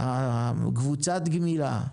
קבוצת הגמילה.